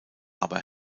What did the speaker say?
aber